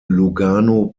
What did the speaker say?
lugano